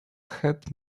had